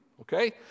Okay